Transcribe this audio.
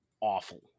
awful